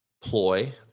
ploy